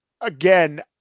again